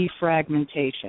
defragmentation